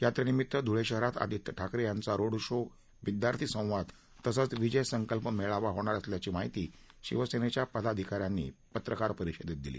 यात्रेनिमित्त धुळे शहरात आदित्य ठाकरे यांचा रोड शो विद्यार्थी संवाद तसंच विजय संकल्प मेळावा होणार असल्याची माहिती शिवसेनेच्या पदाधिका यांनी पत्रकार परिषदेत दिली